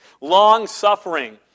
Long-suffering